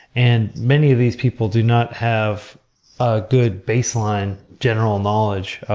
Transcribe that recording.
and many of these people do not have a good baseline general knowledge.